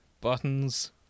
Buttons